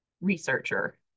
researcher